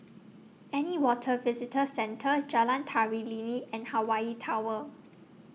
An Newater Visitor Centre Jalan Tari Lilin and Hawaii Tower